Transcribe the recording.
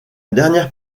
dernière